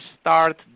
start